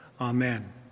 Amen